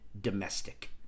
domestic